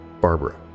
Barbara